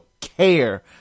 care